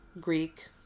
Greek